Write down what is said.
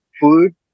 food